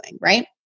right